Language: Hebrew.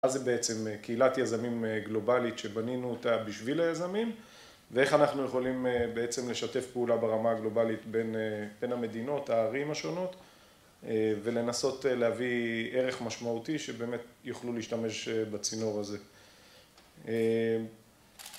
מה זה בעצם קהילת יזמים גלובלית, שבנינו אותה בשביל היזמים, ואיך אנחנו יכולים בעצם לשתף פעולה ברמה הגלובלית בין המדינות, הערים השונות ולנסות להביא ערך משמעותי, שבאמת יוכלו להשתמש בצינור הזה.